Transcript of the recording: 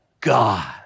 God